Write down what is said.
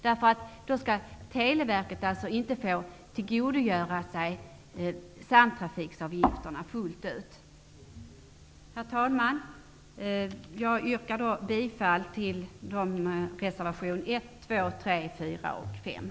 Televerket skall alltså inte få tillgodogöra sig samtrafikavgifterna fullt ut. Herr talman! Jag yrkar bifall till reservationerna 1,